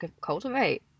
cultivate